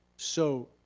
so,